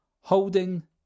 Holding